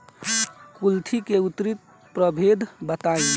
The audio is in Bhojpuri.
कुलथी के उन्नत प्रभेद बताई?